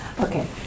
Okay